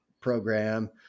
program